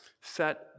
set